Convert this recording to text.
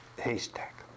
haystack